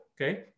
Okay